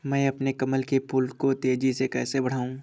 मैं अपने कमल के फूल को तेजी से कैसे बढाऊं?